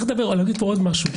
אני אומר עוד משהו.